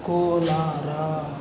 Kolar